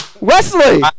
Wesley